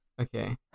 Okay